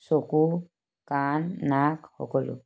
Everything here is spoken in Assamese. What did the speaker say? চকু কাণ নাক সকলো